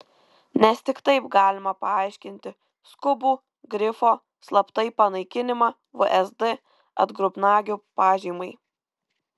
nes tik taip galima paaiškinti skubų grifo slaptai panaikinimą vsd atgrubnagių pažymai